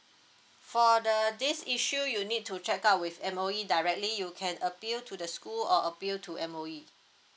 for the this issue you need to check out with M_O_E directly you can appeal to the school or appeal to M_O_E